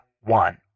one